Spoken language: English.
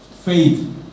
faith